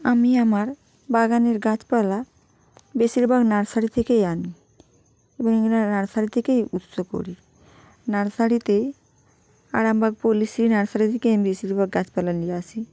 আমি আমার বাগানের গাছপালা বেশিরভাগ নার্সারি থেকেই আনি আমি এগুলো নার্সারি থেকেই উৎস করি নার্সারিতে আরামবাগ পল্লিশ্রী নার্সারি থেকে আমি বেশিরভাগ গাছপালা নিয়ে আসি